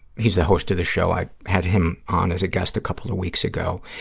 he's the host of the show, i had him on as a guest a couple of weeks ago,